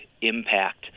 impact